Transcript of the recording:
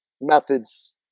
methods